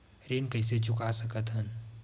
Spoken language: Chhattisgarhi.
ऋण कइसे चुका सकत हन?